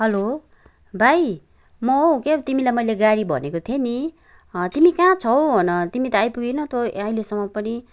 hello भाइ म हौ क्या तिमीलाई मैले गाडी भनेको थिएँ नि तिमी कहाँ छौ हन तिमी त आइपुगेनौ त अहिलेसम्म पनि